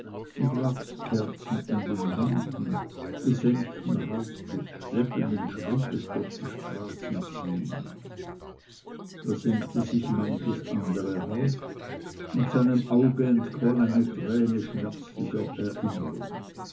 mit wachskerzen in den händen gesenkten hauptes schleppenden schrittes durch die straßen ziehen da senkte sich manches andere haupt und seinem auge entquoll eine träne schmerzlicher erinnerung